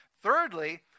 Thirdly